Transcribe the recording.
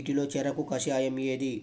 వీటిలో చెరకు కషాయం ఏది?